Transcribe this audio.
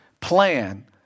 plan